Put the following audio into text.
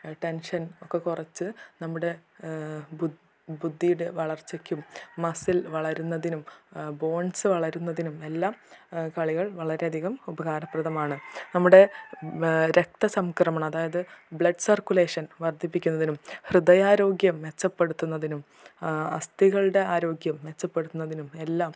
tension ഒക്കെ കുറച്ച് നമ്മുടെ ബുദ്ധിയുടെ വളർച്ചക്കും മസ്സിൽ വളരുന്നതിനും ബോൺസ് വളരുന്നതിനും എല്ലാം കളികൾ വളരെ അധികം ഉപകാരപ്രദമാണ് നമ്മുടെ രക്ത സംക്രമണം അതായത് ബ്ലഡ് സർകുലേഷൻ വർദ്ധിപ്പിക്കുന്നതിനും ഹൃദയാരോഗ്യം മെച്ചപ്പെടുത്തുന്നതിനും അസ്ഥികളുടെ ആരോഗ്യം മെച്ചപ്പെടുത്തുന്നതിനും എല്ലാം